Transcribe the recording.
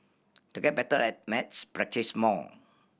to get better at maths practise more